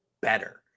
better